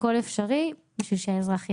הכול אפשרי בשביל שהאזרח יבין.